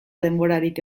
denborarik